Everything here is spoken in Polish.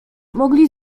mogli